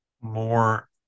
more